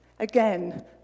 Again